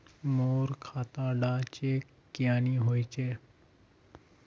मोर खाता डा चेक क्यानी होचए?